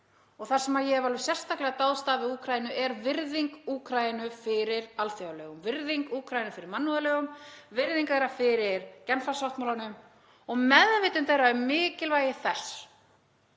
og það sem ég hef alveg sérstaklega dáðst að við Úkraínu er virðing Úkraínu fyrir alþjóðalögum, virðingu Úkraínu fyrir mannúðarlögum, virðing þeirra fyrir Genfarsáttmálanum og meðvitund þeirra um mikilvægi þess